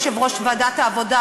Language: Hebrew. יושב-ראש ועדת העבודה,